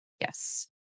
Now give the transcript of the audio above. Yes